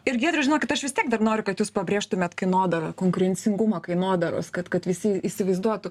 ir giedriau žinokit aš vis tiek dar noriu kad jūs pabrėžtumėt kainodarą konkurencingumą kainodaros kad kad visi įsivaizduotų